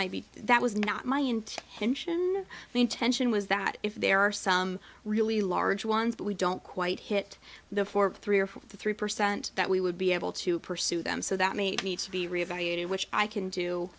might be that was not my intention the intention was that if there are some really large ones but we don't quite hit the four three or four three percent that we would be able to pursue them so that made needs to be reevaluated which i can do